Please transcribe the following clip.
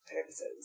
purposes